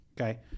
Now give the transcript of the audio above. Okay